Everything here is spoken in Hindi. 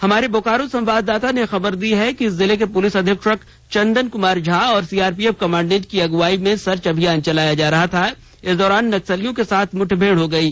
हमारे बोकारो संवाददाता ने खबर दी है कि जिले के पुलिस अधीक्षक चंदन कुमार झा ओर सीआरपीएफ कमांडेंट की अगुवाई में सर्च अभियान चलाया जा रहा था इस दौरान नक्सलियों के साथ मुठभेड़ हो गयी